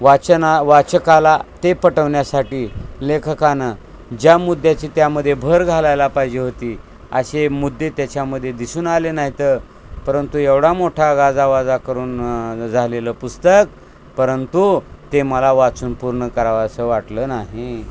वाचना वाचकाला ते पटवण्यासाठी लेखकानं ज्या मुद्द्याची त्यामध्ये भर घालायला पाहिजे होती असे मुद्दे त्याच्यामध्ये दिसून आले नाहीत परंतु एवढा मोठा गाजावाजा करून झालेलं पुस्तक परंतु ते मला वाचून पूर्ण करावासं वाटलं नाही